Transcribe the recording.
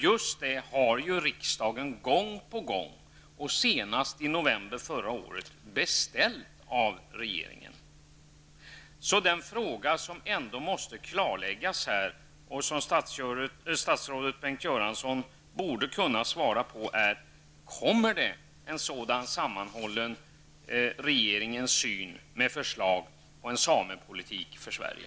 Riksdagen har ju gång på gång, senast i november förra året, beställt just det av regeringen. Den fråga som här ändå måste klarläggas och som statsrådet Bengt Göransson borde kunna svara på är: Kommer regeringen att presentera ett sådant sammanhållet förslag om en samepolitik för Sverige?